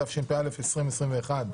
התשפ"ב-2021,